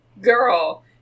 Girl